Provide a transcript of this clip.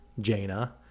Jaina